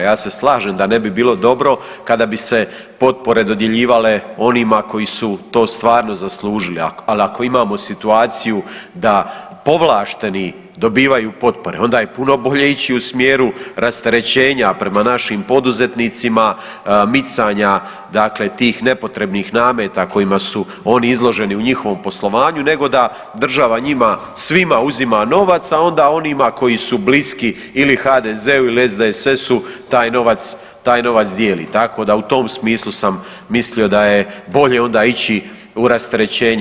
Ja se slažem da ne bi bilo dobro kada bi se potpore dodjeljivale onima koji su to stvarno zaslužili, ali ako imam situaciju da povlašteni dobivaju potpore onda je puno bolje ići u smjeru rasterećenja prema našim poduzetnicima, micanja tih nepotrebnih nameta kojima su oni izloženi u njihovom poslovanju nego da država njima svima uzima novac, a onda onima koji su bliski ili HDZ-u ili SDSS-u taj novac dijeli, tako da u tom smislu sam mislio da je bolje onda ići u rasterećenje.